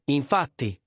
infatti